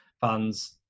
fans